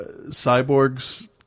Cyborg's